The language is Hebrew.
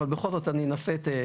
אבל אני אנסה בכל זאת.